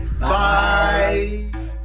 Bye